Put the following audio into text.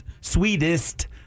sweetest